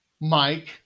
Mike